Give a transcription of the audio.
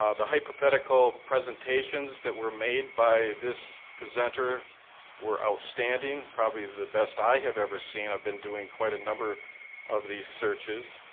um the hypothetical presentations that were made by this presenter were outstanding, probably the best i have ever seen. i've been doing quite a number of these searches,